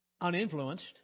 uninfluenced